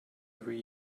every